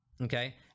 Okay